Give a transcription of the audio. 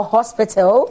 Hospital